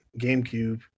GameCube